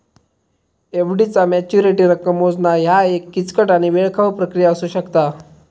FD चा maturity रक्कम मोजणा ह्या एक किचकट आणि वेळखाऊ प्रक्रिया असू शकता